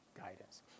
guidance